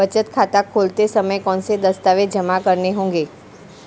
बचत खाता खोलते समय कौनसे दस्तावेज़ जमा करने होंगे?